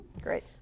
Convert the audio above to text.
Great